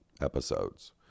episodes